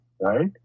right